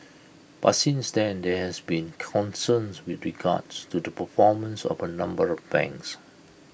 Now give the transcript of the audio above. but since then there have been concerns with regards to the performance of A number of banks